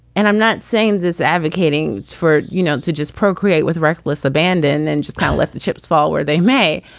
and i'm not saying this, advocating for, you know, to just procreate with reckless abandon and just let the chips fall where they may.